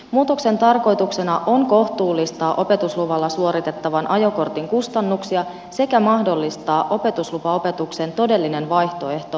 muutoksen tarkoituksena on kohtuullistaa opetusluvalla suoritettavan ajokortin kustannuksia sekä mahdollistaa opetuslupaopetuksen todellinen vaihtoehto autokouluopetukselle